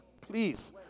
please